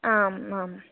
आम् आम्